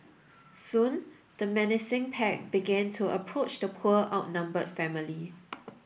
soon the menacing pack began to approach the poor outnumbered family